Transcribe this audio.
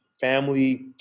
Family